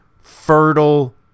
fertile